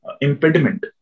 impediment